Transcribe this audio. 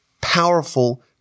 powerful